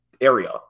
area